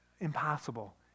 impossible